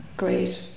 Great